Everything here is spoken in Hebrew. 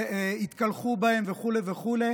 שיתקלחו בהם וכו' וכו'.